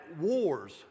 wars